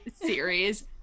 series